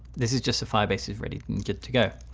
this is just a firebase is ready and good to go.